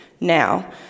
now